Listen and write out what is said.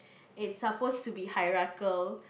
it's supposed to be hierarchical